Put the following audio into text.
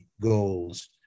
goals